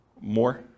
More